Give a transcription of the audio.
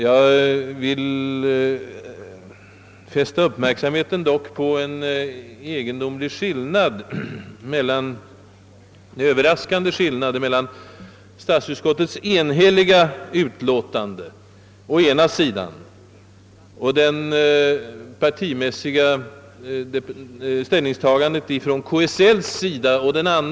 Jag vill emellertid fästa uppmärksamheten på en överraskande skillnad mellan å ena sidan statsutskottets enhälliga utlåtande och å andra sidan partiernas ställningstagande inom KSL.